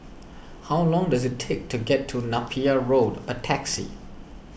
how long does it take to get to Napier Road by taxi